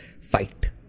fight